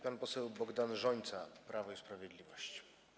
Pan poseł Bogdan Rzońca, Prawo i Sprawiedliwość.